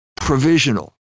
provisional